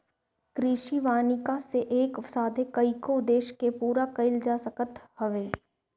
कृषि वानिकी से एक साथे कईगो उद्देश्य के पूरा कईल जा सकत हवे